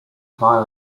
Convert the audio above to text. via